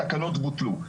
התקנות בוטלו,